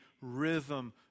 rhythm